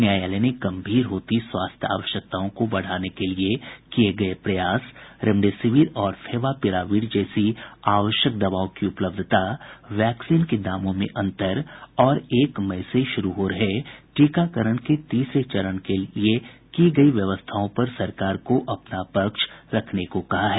न्यायालय ने गंभीर होती स्वास्थ्य आवश्यकताओं को बढ़ाने के लिए किये गये प्रयास रेमडेसिविर और फेवीपिराविर जैसी आवश्यक दवाओं की उपलब्धता वैक्सीन के दामों में अंतर और एक मई से शुरू हो रहे टीकाकरण के तीसरे चरण के लिए की गयी व्यवस्थाओं पर सरकार को अपना पक्ष रखने को कहा है